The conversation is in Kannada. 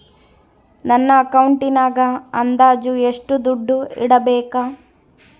ನನ್ನ ಅಕೌಂಟಿನಾಗ ಅಂದಾಜು ಎಷ್ಟು ದುಡ್ಡು ಇಡಬೇಕಾ?